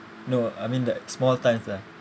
no I mean like small times lah